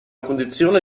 condizione